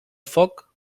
foc